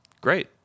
Great